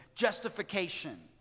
justification